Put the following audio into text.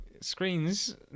screens